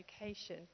education